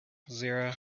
zero